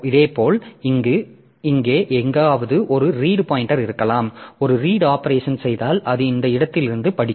இதேபோல் இங்கே எங்காவது ஒரு ரீடு பாய்ன்டெர் இருக்கலாம் ஒரு ரீடு ஆபரேஷன் செய்தால் அது இந்த இடத்திலிருந்து படிக்கும்